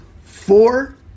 four